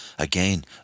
Again